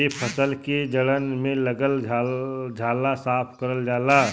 एसे फसल के जड़न में लगल झाला साफ करल जाला